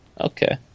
Okay